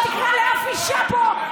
אתה